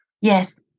Yes